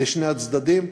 לשני הצדדים.